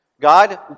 God